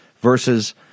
versus